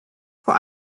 vor